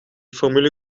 formule